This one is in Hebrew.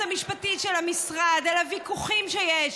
המשפטית של המשרד על הוויכוחים שיש,